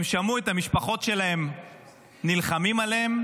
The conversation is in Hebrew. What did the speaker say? את המשפחות שלהם נלחמות עליהם,